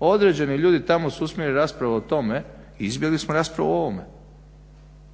Određeni ljudi tamo su usmjerili raspravu o tome i izbjegli smo raspravu o ovome.